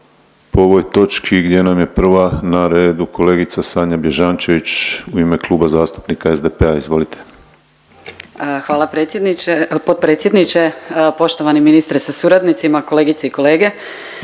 po ovoj točki gdje nam je prva na redu kolegica Sanja Bježančević u ime Kluba zastupnika SDP-a. Izvolite. **Bježančević, Sanja (SDP)** Hvala potpredsjedniče. Poštovani ministre sa suradnicima, kolegice i kolege.